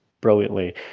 brilliantly